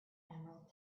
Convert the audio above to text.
emerald